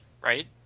right